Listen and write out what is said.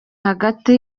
hagati